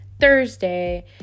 Thursday